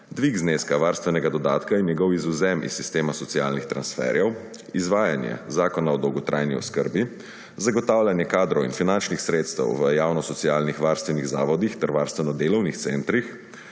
dvig zneska varstvenega dodatka in njegov izvzem iz sistema socialnih transferjev, izvajanje Zakona o dolgotrajni oskrbi, zagotavljanje kadrov in finančnih sredstev v javnih socialno varstvenih zavodih ter varstveno delovnih centrih,